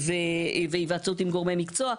והיוועצות עם גורמי מקצוע.